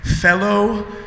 fellow